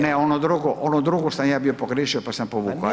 Ne, onu drugu sam ja bio pogriješio pa sam povukao.